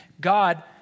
God